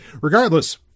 regardless